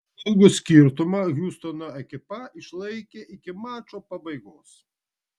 saugų skirtumą hjustono ekipa išlaikė iki mačo pabaigos